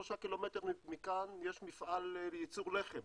שלושה ק"מ מכאן מפעל גדול מאוד לייצור לחם,